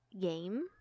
game